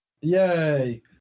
Yay